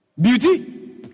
Beauty